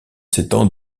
s’étend